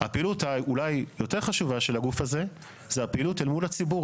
הפעילות אולי היותר חשובה של הגוף הזה זה הפעילות אל מול הציבור,